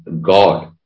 god